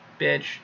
bitch